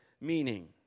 meaning